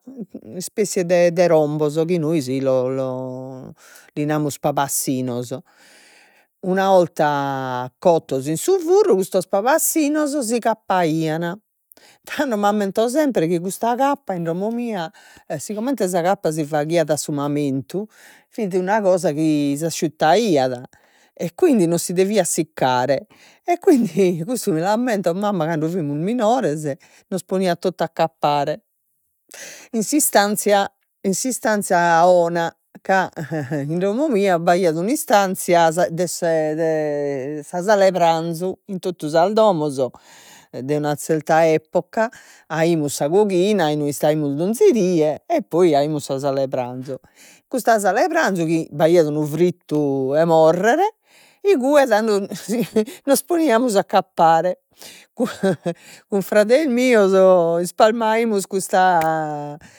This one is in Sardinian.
Ispessia de de rombos chi nois lo lo li namus pabassinos, una 'orta cottos in su furru custos pabassinos si cappaian, tando m'ammento sempre chi custa cappa in domo mia si comente sa cappa si faghiat a su mamentu fit una cosa s'asciuttaiat, e quindi non si deviat siccare e quindi cussu mi l'ammento mamma cando fimus minores nos poniat totu a cappare, in s'istanzia in s'istanzia 'ona, ca in domo mia b'aiat un'istanzia se de sa sala 'e pranzu, in totu sas domos de una zerta epoca aimus sa coghina inue istaimus donzi die e poi aimus sa sala 'e pranzu, custa sala 'e pranzu chi b'aiat unu frittu 'e morrer igue tando si nos poniamus a cappare cun frades mios ispalmaimus custa